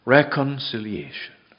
Reconciliation